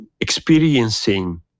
Experiencing